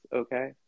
okay